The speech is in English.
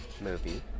movie